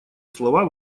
слова